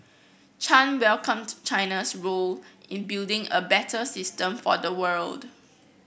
Chan welcomed China's role in building a better system for the world